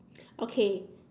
okay